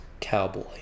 Cowboy